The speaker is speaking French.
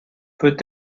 peut